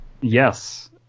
Yes